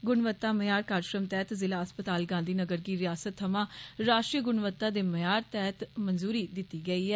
गुणवत्ता म्यार कार्जक्रम तैहत जिला अस्पताल गांधी नगर गी रियासत थमां राष्ट्रीय गुणवत्ता दे म्यार तैहत मंजूरी दित्ती गेई ऐ